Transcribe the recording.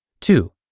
Two